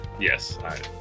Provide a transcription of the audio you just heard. Yes